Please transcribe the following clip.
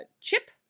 chip